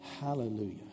Hallelujah